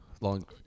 Long